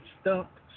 stumped